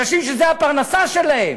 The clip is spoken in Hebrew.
אנשים שזו הפרנסה שלהם.